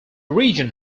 region